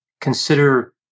consider